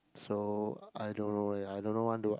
so I don't know leh I don't want to